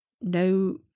no